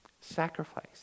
Sacrifice